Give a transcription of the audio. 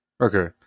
Okay